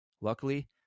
Luckily